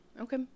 okay